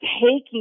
taking